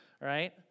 right